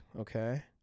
Okay